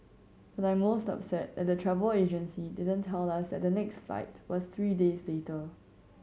but I'm most upset that the travel agency didn't tell us that the next flight was three days later